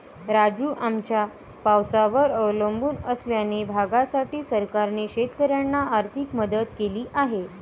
राजू, आमच्या पावसावर अवलंबून असलेल्या भागासाठी सरकारने शेतकऱ्यांना आर्थिक मदत केली आहे